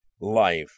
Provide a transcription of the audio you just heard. life